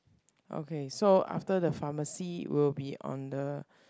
okay so after the pharmacy will be on the